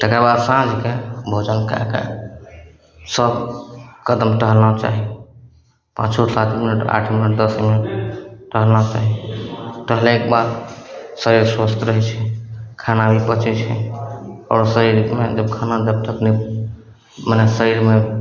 तकरा बाद साँझके भोजन कएके सओ कदम टहलना चाही पाँचो सात मिनट आठ नओ दस मिनट टहलना चाही टहलयके बाद शरीर स्वस्थ रहय छै खाना भी पचय छै आओर शरीरमे जब खाना जब तक नहि मने शरीरमे